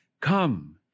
come